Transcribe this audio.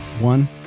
One